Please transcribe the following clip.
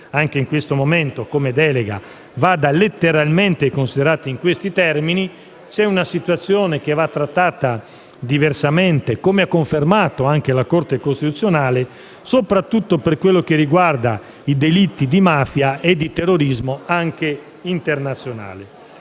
anche in questo momento, come delega - vada letteralmente considerato in questi termini. C'è una situazione che va trattata diversamente, come ha confermato anche la Corte costituzionale, soprattutto per quel che riguarda i delitti di mafia e di terrorismo anche internazionale.